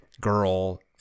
girl